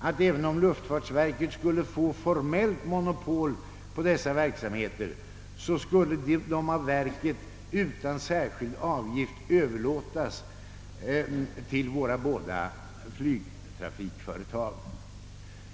att, även om luftfartsverket skulle formellt få monopol på dessa verksamheter, dessa skulle av verket utan särskild avgift överlåtas till våra båda flygtrafikföretag.